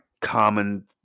common